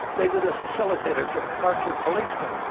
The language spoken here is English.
they were the facilitators of perjured policemen,